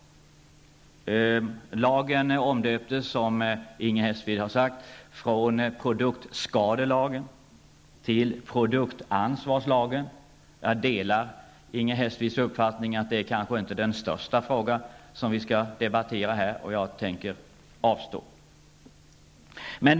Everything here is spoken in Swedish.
Lagen omdöptes, som Inger Hestvik har sagt, från produktskadelagen till produktansvarslagen. Jag delar Inger Hestviks uppfattning att detta kanske inte är den största frågan som vi här skall debattera, och jag tänker också avstå.